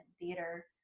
theater